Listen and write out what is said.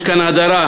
יש כאן הדרה,